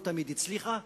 לא תמיד היא הצליחה.